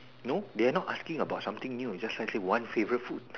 no they are not asking about something new is just like say one favourite food